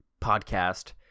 podcast